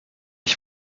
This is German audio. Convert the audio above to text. ich